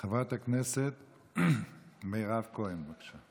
חברת הכנסת מירב כהן, בבקשה.